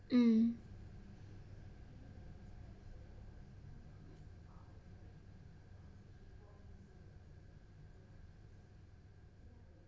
mm